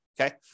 okay